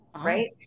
right